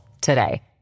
today